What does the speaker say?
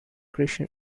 christian